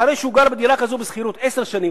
אחרי שהוא גר בדירה כזו בשכירות עשר שנים,